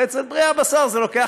ואצל בריאי הבשר זה לוקח,